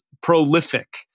prolific